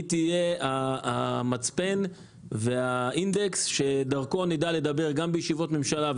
היא תהיה המצפן והאינדקס שדרכו נדע לדבר גם בישיבות ממשלה.